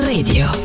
Radio